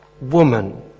woman